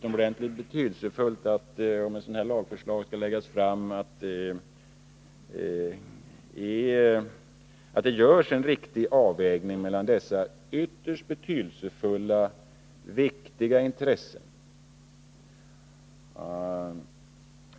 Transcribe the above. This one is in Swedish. Om ett sådant lagförslag skall läggas fram är det ju utomordentligt betydelsefullt att det görs en riktig avvägning mellan dessa ytterst viktiga intressen.